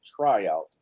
tryout